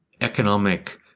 economic